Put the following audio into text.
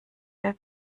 der